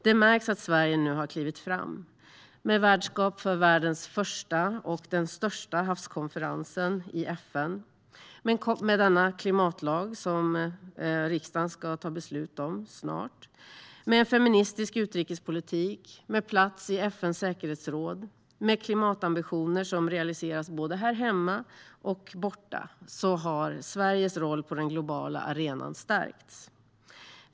Det märks att Sverige nu har klivit fram, med värdskap för världens första och den största havskonferensen i FN, med den klimatlag som riksdagen ska ta beslut om snart, med en feministisk utrikespolitik, med plats i FN:s säkerhetsråd och med klimatambitioner som realiseras både här hemma och borta har Sveriges roll på den globala arenan stärkts.